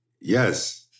yes